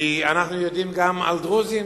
כי אנחנו יודעים גם על דרוזים,